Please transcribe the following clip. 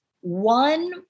One